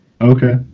Okay